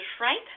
right